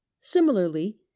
similarly